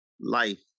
Life